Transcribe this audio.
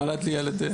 נולד לי ילד.